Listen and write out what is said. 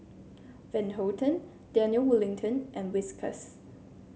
Van Houten Daniel Wellington and Whiskas